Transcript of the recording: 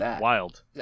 wild